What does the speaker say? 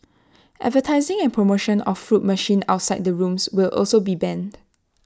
advertising and promotion of fruit machines outside the rooms will also be banned